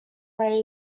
ray